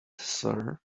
sir